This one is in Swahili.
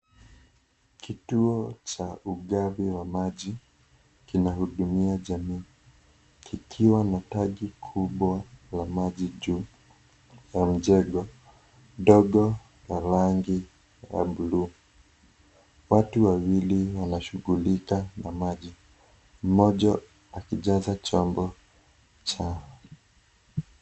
Kituo cha ugavi wa maji, kinahudumia jamii kikiwa na tenki kubwa la maji juu ya mjengo dogo wa rangi ya bluu. Watu wawili wanashughulika na maji, mmoja akijaza chombo cha...